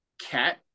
cat